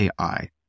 AI